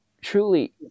truly